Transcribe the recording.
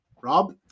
Rob